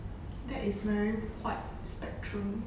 that is very wide spectrum